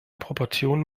proportionen